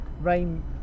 rain